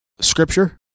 Scripture